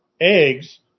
eggs